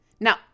Now